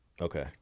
Okay